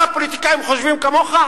כל הפוליטיקאים בארץ חושבים כמוך?